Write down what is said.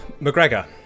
McGregor